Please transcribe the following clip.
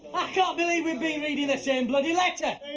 i can't believe we've been reading the same bloody letter.